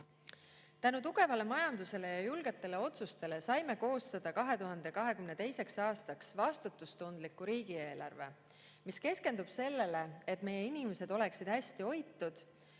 Tänu tugevale majandusele ja julgetele otsustele saime koostada 2022. aastaks vastutustundliku riigieelarve, mis keskendub sellele, et meie inimesed oleksid hästi hoitud,